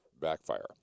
backfire